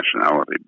nationality